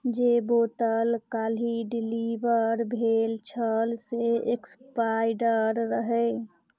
जे बोतल काल्हि डिलीबर भेल छल से एक्सपायर रहय